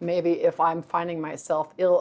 maybe if i'm finding myself ill